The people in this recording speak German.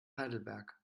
heidelberg